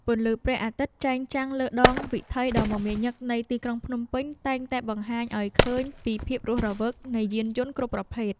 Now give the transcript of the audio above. ពន្លឺព្រះអាទិត្យចែងចាំងលើដងវិថីដ៏មមាញឹកនៃទីក្រុងភ្នំពេញតែងតែបង្ហាញឱ្យឃើញពីភាពរស់រវើកនៃយានយន្តគ្រប់ប្រភេទ។